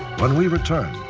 when we return,